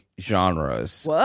genres